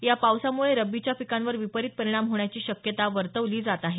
या पावसामुळे रबीच्या पिकांवर विपरीत परिणाम होण्याची शक्यता वर्तवली जात आहे